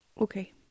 okay